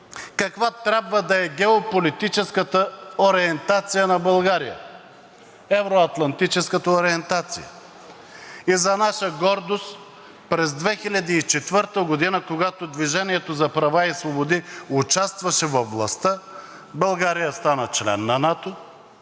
каква трябва да е геополитическата ориентация на България – евро-атлантическата ориентация. И за наша гордост през 2004 г., когато „Движение за права и свободи“ участваше във властта, България стана член на НАТО,